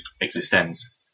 Existence